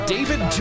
David